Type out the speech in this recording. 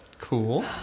Cool